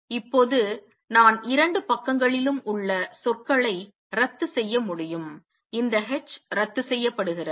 இப்போது நான் இரண்டு பக்கங்களிலும் உள்ள சொற்களை ரத்து செய்ய முடியும் இந்த h ரத்து செய்யப்படுகிறது